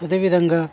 అదే విధంగా